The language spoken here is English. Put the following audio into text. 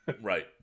Right